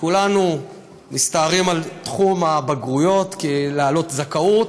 כולנו מסתערים על תחום הבגרויות כדי להעלות זכאות.